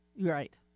Right